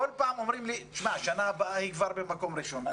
כל פעם אומרים לי שבשנה הבאה היא כבר במקום ראשון.